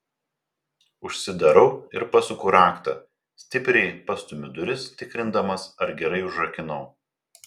užsidarau ir pasuku raktą stipriai pastumiu duris tikrindamas ar gerai užrakinau